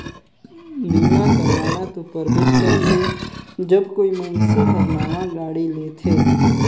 बीमा करवाना तो परबेच करथे जब कोई मइनसे हर नावां गाड़ी लेथेत